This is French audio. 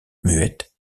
muette